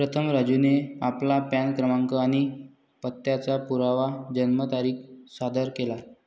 प्रथम राजूने आपला पॅन क्रमांक आणि पत्त्याचा पुरावा जन्मतारीख सादर केला